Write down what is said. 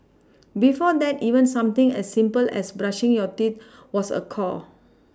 before that even something as simple as brushing your teeth was a chore